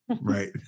Right